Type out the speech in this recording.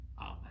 Amen